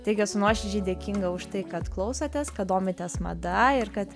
taigi esu nuoširdžiai dėkinga už tai kad klausotės kad domitės mada ir kad